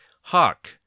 Hawk